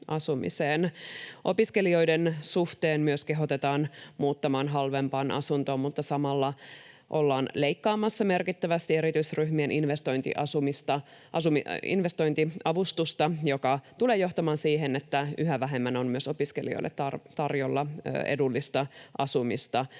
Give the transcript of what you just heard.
Opiskelijoiden suhteen myös kehotetaan muuttamaan halvempaan asuntoon, mutta samalla ollaan leikkaamassa merkittävästi erityisryhmien investointiavustusta, mikä tulee johtamaan siihen, että yhä vähemmän on myös opiskelijoille tarjolla edullista asumista.